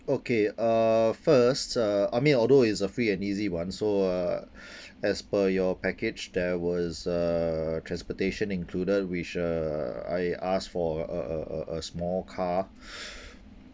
okay uh first uh I mean although it's a free and easy one so uh as per your package there was a transportation included which uh I asked for uh a small car